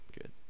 good